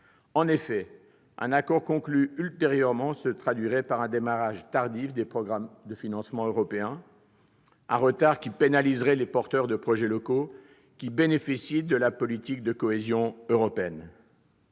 En effet, un accord conclu ultérieurement se traduirait par un démarrage tardif des programmes de financement européens. Ce retard pénaliserait les porteurs de projets locaux qui bénéficient de la politique de cohésion européenne.